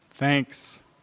Thanks